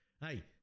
Hey